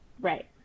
Right